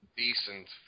decent